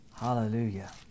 Hallelujah